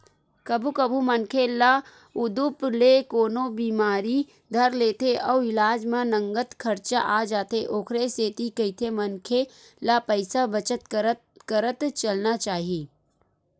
कभू कभू मनखे ल उदुप ले कोनो बिमारी धर लेथे अउ इलाज म नँगत खरचा आ जाथे ओखरे सेती कहिथे मनखे ल पइसा बचत करत चलना चाही